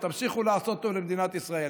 ותמשיכו לעשות טוב למדינת ישראל.